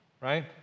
right